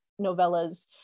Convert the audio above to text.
novellas